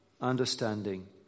understanding